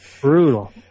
Brutal